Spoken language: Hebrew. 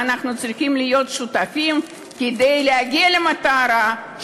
ואנחנו צריכים להיות שותפים כדי להגיע למטרה,